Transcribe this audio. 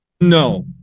no